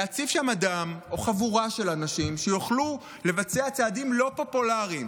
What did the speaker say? להציב שם אדם או חבורה של אנשים שיוכלו לבצע צעדים לא פופולריים